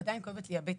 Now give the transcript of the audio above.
ועדיין כואבת לי הבטן.